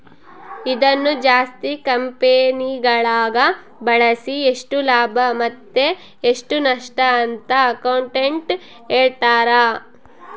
ಇದನ್ನು ಜಾಸ್ತಿ ಕಂಪೆನಿಗಳಗ ಬಳಸಿ ಎಷ್ಟು ಲಾಭ ಮತ್ತೆ ಎಷ್ಟು ನಷ್ಟಅಂತ ಅಕೌಂಟೆಟ್ಟ್ ಹೇಳ್ತಾರ